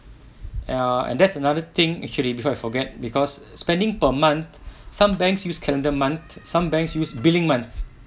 ah and there's another thing actually before I forget because spending per month some banks use calendar month some banks used billing month